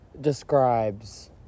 describes